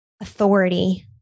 authority